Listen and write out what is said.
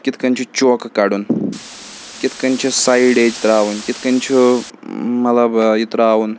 کِتھ کَنۍ چھِ چوکہٕ کَڑُن کِتھ کَنۍ چھِ سایڈ ایٚج ترٛاوٕنۍ کِتھ کَنۍ چھُ مطلب یہِ ترٛاوُن